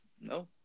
No